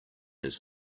his